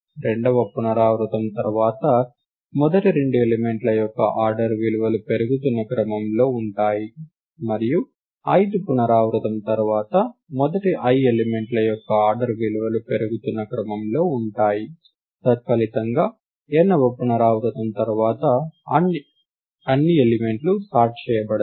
రెండవ పునరావృతం తర్వాత మొదటి రెండు ఎలిమెంట్ల యొక్క ఆర్డర్ విలువలు పెరుగుతున్న క్రమంలో ఉంటాయి మరియు ith పునరావృతం తర్వాత మొదటి i ఎలిమెంట్ల యొక్క ఆర్డర్ విలువలు పెరుగుతున్న క్రమంలో ఉంటాయి తత్ఫలితంగా nవ పునరావృతం తర్వాత అన్ని ఎలిమెంట్లు సార్ట్ చేయబడతాయి